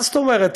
מה זאת אומרת?